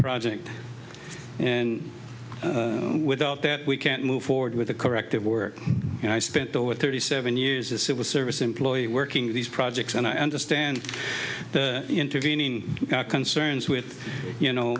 project and without that we can't move forward with the corrective work and i spent over thirty seven years a civil service employee working these projects and i understand the intervening concerns with you know